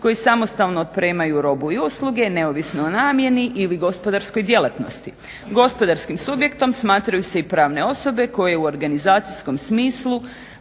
koji samostalno otpremaju robu i usluge neovisno o namjeni ili gospodarskoj djelatnosti. Gospodarskim subjektom smatraju se i pravne osobe koje u organizacijskom smislu